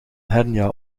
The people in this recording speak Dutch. hernia